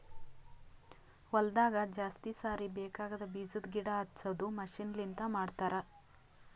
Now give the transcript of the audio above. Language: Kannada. ಹೊಲದಾಗ ಜಾಸ್ತಿ ಸಾರಿ ಬೇಕಾಗದ್ ಬೀಜದ್ ಗಿಡ ಹಚ್ಚದು ಮಷೀನ್ ಲಿಂತ ಮಾಡತರ್